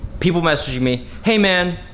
people messaging me, hey man,